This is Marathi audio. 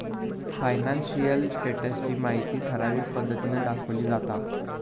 फायनान्शियल स्टेटस ची माहिती ठराविक पद्धतीन दाखवली जाता